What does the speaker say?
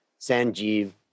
Sanjeev